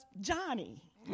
Johnny